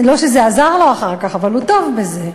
לא שזה עזר לו אחר כך, אבל הוא טוב בזה.